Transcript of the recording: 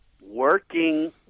working